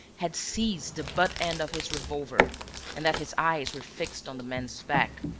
had seized the butt-end of his revolver and that his eyes were fixed on the man's back,